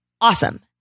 Awesome